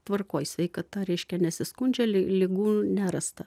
tvarkoj sveikata reiškia nesiskundžia li ligų nerasta